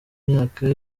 imyaka